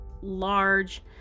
large